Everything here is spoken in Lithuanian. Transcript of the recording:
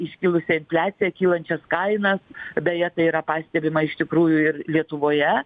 iškilusią infliaciją kylančias kainas beje tai yra pastebima iš tikrųjų ir lietuvoje